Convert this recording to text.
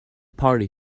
party